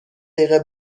دقیقه